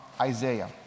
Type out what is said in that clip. Isaiah